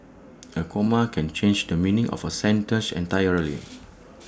A comma can change the meaning of A sentence entirely